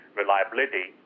reliability